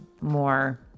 more